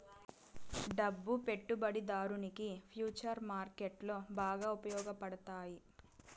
డబ్బు పెట్టుబడిదారునికి ఫుచర్స్ మార్కెట్లో బాగా ఉపయోగపడతాయి